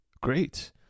Great